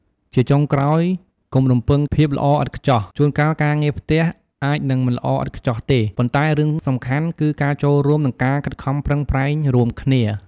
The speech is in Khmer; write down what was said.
ជាចុងក្រោយ កុំរំពឹងភាពល្អឥតខ្ចោះ ជួនកាលការងារផ្ទះអាចនឹងមិនល្អឥតខ្ចោះទេ ប៉ុន្តែរឿងសំខាន់គឺការចូលរួម និងការខិតខំប្រឹងប្រែងរួមគ្នា។